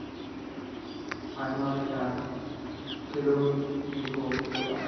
ᱟᱭᱢᱟ ᱞᱮᱠᱟ ᱠᱷᱮᱞᱳᱰ ᱜᱮᱠᱚ ᱠᱷᱮᱞᱳᱜᱼᱟ